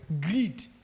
Greed